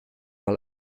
mal